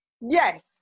Yes